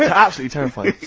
but absolutely terrifying.